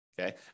Okay